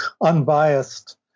unbiased